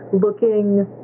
looking